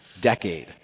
decade